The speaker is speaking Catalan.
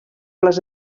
les